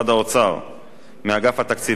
מאגף התקציבים ומהחשב הכללי.